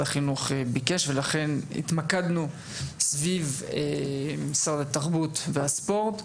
החינוך ביקש ולכן התמקדנו סביב משרד התרבות והספורט.